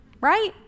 right